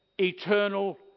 eternal